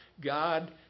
God